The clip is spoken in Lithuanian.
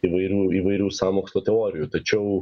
įvairių įvairių sąmokslo teorijų tačiau